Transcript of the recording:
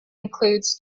includes